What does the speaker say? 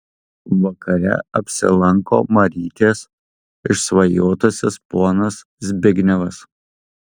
vakare apsilanko marytės išsvajotasis ponas zbignevas